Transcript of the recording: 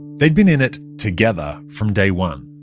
they'd been in it together from day one.